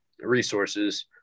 resources